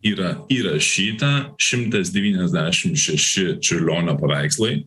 yra įrašyta šimtas devyniasdešim šeši čiurlionio paveikslai